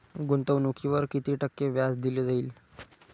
गुंतवणुकीवर किती टक्के व्याज दिले जाईल?